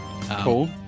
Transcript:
cool